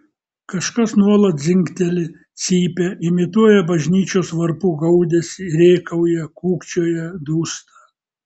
kažkas nuolat dzingteli cypia imituoja bažnyčios varpų gaudesį rėkauja kūkčioja dūsta